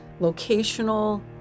locational